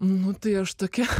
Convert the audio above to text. nu tai aš tokia